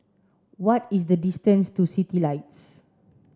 what is the distance to Citylights